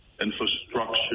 infrastructure